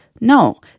No